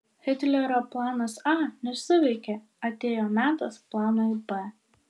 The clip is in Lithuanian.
hitlerio planas a nesuveikė atėjo metas planui b